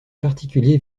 particuliers